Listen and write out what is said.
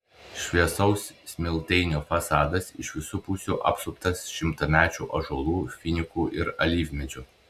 šviesaus smiltainio fasadas iš visų pusių apsuptas šimtamečių ąžuolų finikų ir alyvmedžių